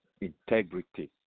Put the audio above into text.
integrity